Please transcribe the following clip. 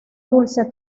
dulce